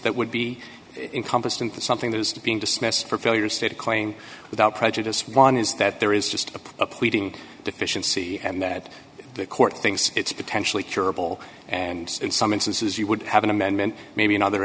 that would be incompetent for something that is being dismissed for failure state a claim without prejudice one is that there is just a pleading deficiency and that the court thinks it's potentially curable and in some instances you would have an amendment maybe in other